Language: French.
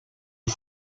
est